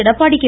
Edappadi K